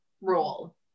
role